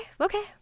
okay